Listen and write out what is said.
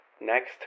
Next